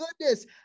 goodness